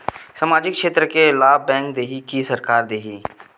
सामाजिक क्षेत्र के लाभ बैंक देही कि सरकार देथे?